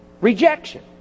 rejection